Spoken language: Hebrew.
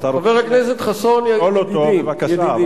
ידידי,